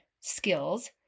skills